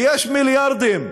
ויש מיליארדים,